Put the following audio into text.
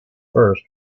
first